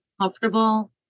comfortable